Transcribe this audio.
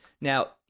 Now